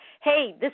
hey